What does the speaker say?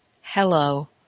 Hello